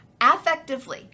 affectively